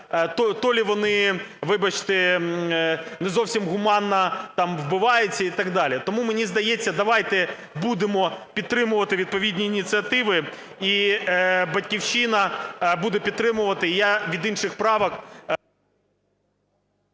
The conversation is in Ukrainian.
то лі вони, вибачте, не зовсім гуманно вбиваються і так далі. Тому мені здається, давайте будемо підтримувати відповідні ініціативи. І "Батьківщина" буде підтримувати. І я від інших правок...